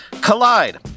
Collide